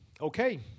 Okay